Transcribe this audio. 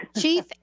Chief